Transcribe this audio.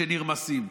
שנרמסות.